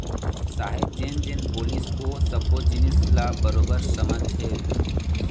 साहेब जेन जेन बोलिस ओ सब्बो जिनिस ल बरोबर समझेंव